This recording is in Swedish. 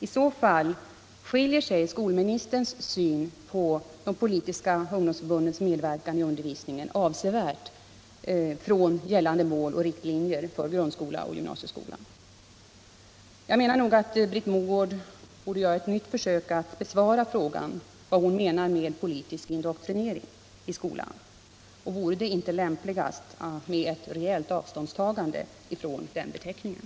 I så fall skiljer sig skolministerns syn på de politiska ungdomsförbundens medverkan avsevärt från gällande mål och riktlinjer för grundskolan och gymnasieskolan. Jag menar nog att Britt Mogård bör göra ett nytt försök att besvara frågan vad hon menar med politisk indoktrinering i skolan. Vore det inte lämpligast med ett rejält avståndstagande från den beteckningen?